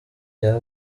rya